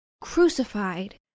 Crucified